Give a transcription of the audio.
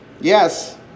Yes